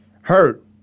hurt